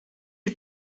you